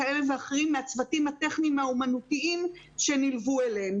כאלה ואחרים מהצוותים הטכניים האומנותיים שנלוו אליהם.